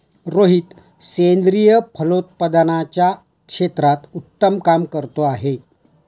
रोहित सेंद्रिय फलोत्पादनाच्या क्षेत्रात उत्तम काम करतो आहे